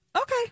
Okay